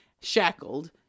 shackled